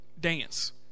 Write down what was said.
dance